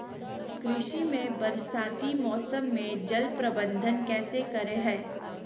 कृषि में बरसाती मौसम में जल प्रबंधन कैसे करे हैय?